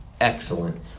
excellent